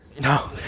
No